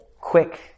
quick